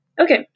Okay